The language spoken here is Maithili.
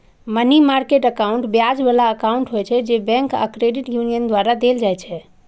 मनी मार्केट एकाउंट ब्याज बला एकाउंट होइ छै, जे बैंक आ क्रेडिट यूनियन द्वारा देल जाइ छै